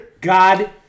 God